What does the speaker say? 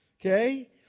Okay